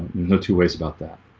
no two ways about that